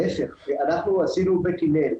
להיפך, אנחנו עשינו בית הלל.